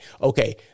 Okay